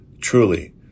Truly